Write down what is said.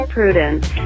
Prudence